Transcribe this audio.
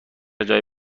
جای